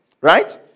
Right